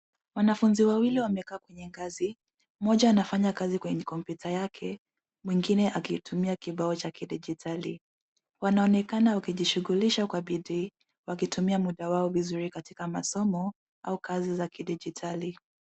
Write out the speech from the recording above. Wanafunzi wawili wamekaa kwenye ngazi, mmoja anafanya kazi kwenye computer yake, mwingine akitumia kibao cha kidigitali. Wanaonekana wakijishughulisha kwa bidii, wakitumia muda wao vizuri katika masomo au kazi za kidigitali.